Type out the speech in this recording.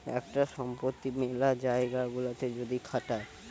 একটা সম্পত্তি মেলা জায়গা গুলাতে যদি খাটায়